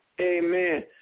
Amen